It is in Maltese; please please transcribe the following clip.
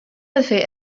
għalfejn